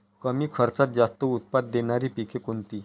कमी खर्चात जास्त उत्पाद देणारी पिके कोणती?